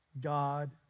God